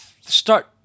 start